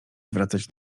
zwracać